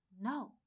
no